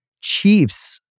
Chiefs